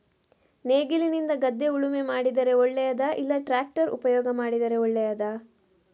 ನೇಗಿಲಿನಿಂದ ಗದ್ದೆ ಉಳುಮೆ ಮಾಡಿದರೆ ಒಳ್ಳೆಯದಾ ಇಲ್ಲ ಟ್ರ್ಯಾಕ್ಟರ್ ಉಪಯೋಗ ಮಾಡಿದರೆ ಒಳ್ಳೆಯದಾ?